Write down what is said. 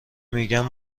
میگم